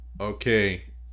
Okay